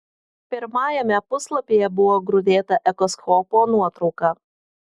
pirmajame puslapyje buvo grūdėta echoskopo nuotrauka